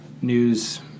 news